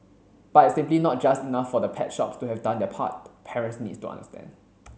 but it's simply not just enough for the pet shops to have done their part parents need to understand